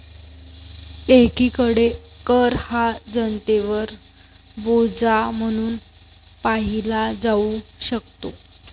एकीकडे कर हा जनतेवर बोजा म्हणून पाहिला जाऊ शकतो